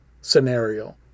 scenario